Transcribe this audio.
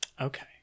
Okay